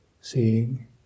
seeing